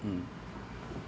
mm